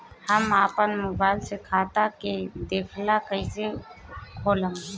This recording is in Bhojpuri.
हम आपन मोबाइल से खाता के देखेला कइसे खोलम?